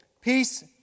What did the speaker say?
peace